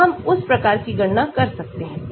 तो हम उस प्रकार की गणना कर सकते हैं